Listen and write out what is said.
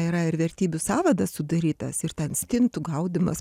yra ir vertybių sąvadas sudarytas ir ten stintų gaudymas